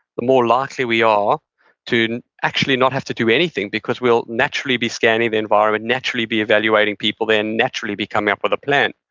the more likely we are to actually not have to do anything because we'll naturally be scanning the environment, naturally be evaluating people, and naturally be coming up with a plan,